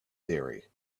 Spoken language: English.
theory